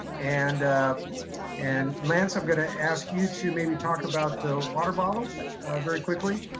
and and lance i'm gonna ask you to maybe talk about the water bottles very quickly.